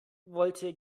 wollte